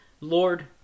Lord